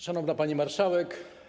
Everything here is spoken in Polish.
Szanowna Pani Marszałek!